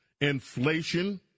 inflation